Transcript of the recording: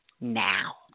now